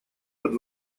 под